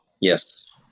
Yes